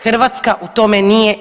Hrvatska u tome nije